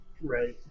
right